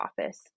office